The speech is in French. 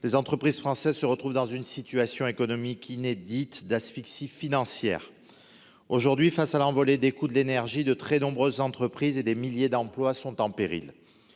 les entreprises françaises se retrouvent dans une situation économique inédite d'asphyxie financière. Face à l'envolée des coûts de l'énergie, de très nombreuses entreprises, dont certaines sont